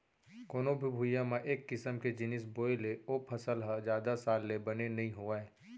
कोनो भी भुइंया म एक किसम के जिनिस बोए ले ओ फसल ह जादा साल ले बने नइ होवय